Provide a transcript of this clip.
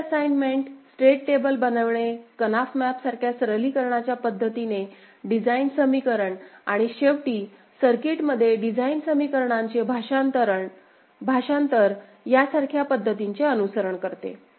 हे state assignments state table बनविणे कनाफ मॅप सारख्या सरलीकरणाच्या पद्धतीने डिझाइन समीकरण आणि शेवटी सर्किटमध्ये डिझाईन समीकरणांचे भाषांतर यासारख्या पद्धतींचे अनुसरण करते